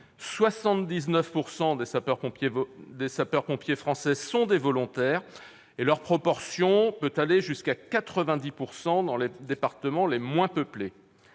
79 % des sapeurs-pompiers français sont des volontaires, et leur proportion peut aller jusqu'à 90 % dans les départements les moins peuplés.